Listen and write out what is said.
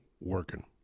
working